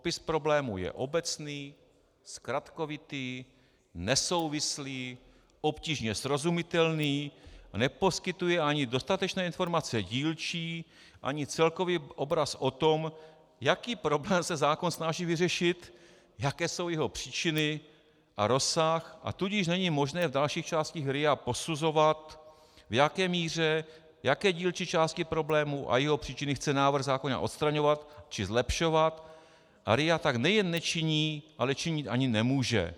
Popis problému je obecný, zkratkovitý, nesouvislý, obtížně srozumitelný a neposkytuje ani dostatečné informace dílčí, ani celkový obraz o tom, jaký problém se zákon snaží vyřešit, jaké jsou jeho příčiny a rozsah, a tudíž není možné v dalších částech RIA posuzovat, v jaké míře jaké dílčí části problému a jeho příčiny chce návrh zákona odstraňovat či zlepšovat, a RIA tak nejen nečiní, ale činit ani nemůže.